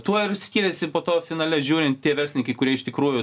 tuo ir skiriasi po to finale žiūrint tie verslininkai kurie iš tikrųjų